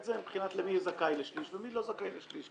זה מבחינת מי זכאי לשליש ומי לא זכאי לשליש,